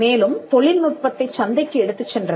மேலும் தொழில்நுட்பத்தைச் சந்தைக்கு எடுத்துச் சென்றது